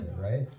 right